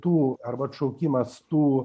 tų arba atšaukimas tų